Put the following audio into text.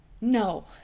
no